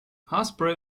haarspray